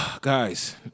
Guys